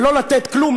ולא לתת כלום,